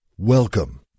Welcome